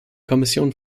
kommission